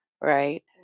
right